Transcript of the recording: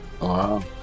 Wow